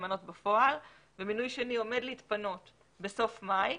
למנות בפועל ומינוי שני עומד להתפנות בסוף מאי.